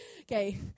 okay